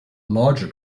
larger